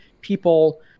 people